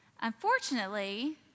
Unfortunately